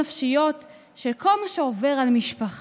הבריאותיות-נפשיות של כל מה שעובר על משפחה